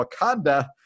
Wakanda